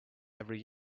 every